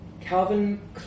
Calvin